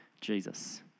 Jesus